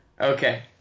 okay